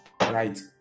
right